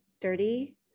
dirty